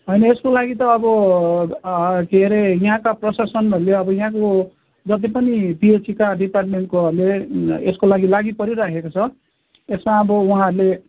होइन यसको लागि त अब के अरे यहाँका प्रशासनहरूले अब यहाँको जति पनि पिएचईका डिपार्टमेन्टकोहरूले यसको लागि लागि परिराखेको छ यसमा आब उहाँहरूले